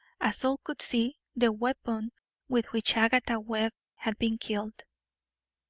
as all could see, the weapon with which agatha webb had been killed.